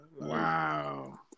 Wow